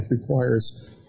requires